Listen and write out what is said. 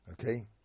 Okay